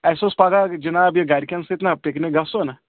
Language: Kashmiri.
اَسہِ اوس پَگہہ جِناب یہِ گَرِکٮ۪ن سۭتۍ نا پِکنِک گژھُن